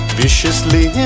viciously